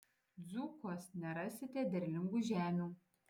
dzūkuos nerasite derlingų žemių